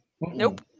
Nope